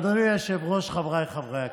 אדוני היושב-ראש, חבריי חברי הכנסת,